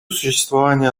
существования